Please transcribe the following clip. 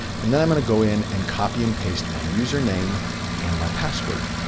and then i'm going to go in and copy and paste my username and my password.